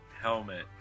helmet